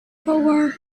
four